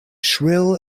shrill